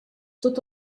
tot